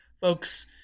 folks